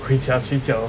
回家睡觉